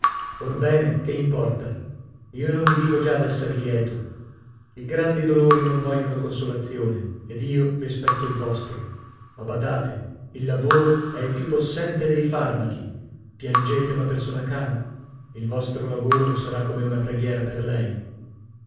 orbene che importa io non vi dico già d'esser lieto i grandi dolori non vogliono consolazione ed io rispetto il vostro ma badate il lavoro è il più possente dei farmachi piangete una persona cara il vostro lavoro sarà come una preghiera per lei